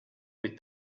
with